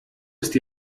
ist